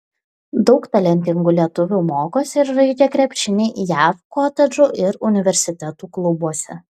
daug talentingų lietuvių mokosi ir žaidžia krepšinį jav kotedžų ir universitetų klubuose